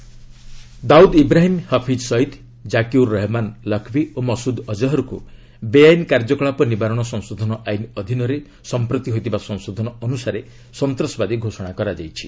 home terrorist Dawood Ibrahim Hafiz Saeed Zaki ur Rehman Lakhvi ଓ ମସ୍ଦ୍ ଅଜହରକ୍ ବେଆଇନ୍ କାର୍ଯ୍ୟକଳାପ ନିବାରଣ ସଂଶୋଧନ ଆଇନ୍ ଅଧୀନରେ ସଂପ୍ରତି ହୋଇଥିବା ସଂଶୋଧନ ଅନୁସାରେ ସନ୍ତାସବାଦୀ ଘୋଷଣା କରାଯାଇଛି